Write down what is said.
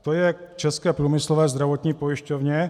To je k České průmyslové zdravotní pojišťovně.